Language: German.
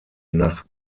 nach